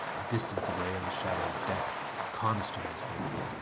a distance away on the shadowed deck coniston was loitering.